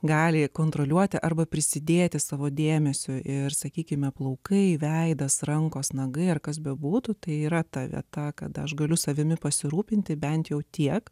gali kontroliuoti arba prisidėti savo dėmesiu ir sakykime plaukai veidas rankos nagai ar kas bebūtų tai yra ta vieta kad aš galiu savimi pasirūpinti bent jau tiek